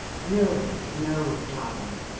no, no, darling,